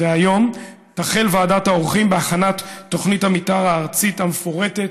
תחל ועדת העורכים בהכנת תוכנית המתאר הארצית המפורטת